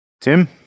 Tim